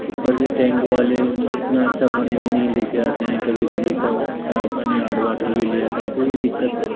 ऊपर से टैंक वाले इतना अच्छा पानी भी नहीं लेकर आते हैं कभी कभी ख़राब पानी हाड वाटर भी ले आते हैं तो यह एक दिक्कत है